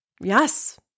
yes